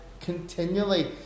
continually